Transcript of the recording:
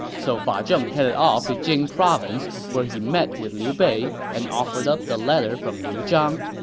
so fa zheng headed off to jing province, where he met with liu bei and offered up the letter from liu zhang.